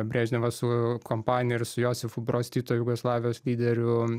brežnevas su kompanija ir su josifu broz tito jugoslavijos lyderiu